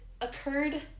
occurred